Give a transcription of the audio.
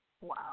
Wow